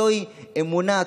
זוהי אמונה תמימה,